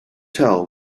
tell